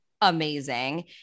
amazing